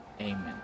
amen